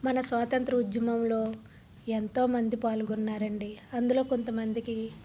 మన స్వాతంత్ర ఉద్యమంలో ఎంతోమంది పాల్గొన్నారండి అందులో కొంతమందికి